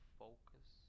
focus